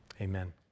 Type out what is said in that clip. amen